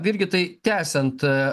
virgi tai tęsiant